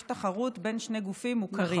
יש תחרות בין שני גופים מוכרים.